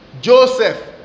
Joseph